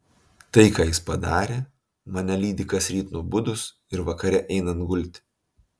tai ką jis padarė mane lydi kasryt nubudus ir vakare einant gulti